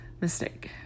mistake